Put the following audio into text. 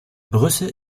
brüssel